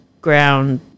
ground